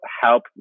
help